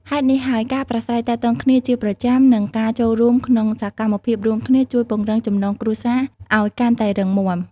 ហេតុនេះហើយ ការប្រាស្រ័យទាក់ទងគ្នាជាប្រចាំ និងការចូលរួមក្នុងសកម្មភាពរួមគ្នាជួយពង្រឹងចំណងគ្រួសារឲ្យកាន់តែរឹងមាំ។